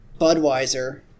Budweiser